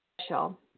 special